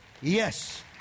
yes